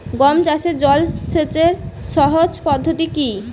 গম চাষে জল সেচের সহজ পদ্ধতি কি?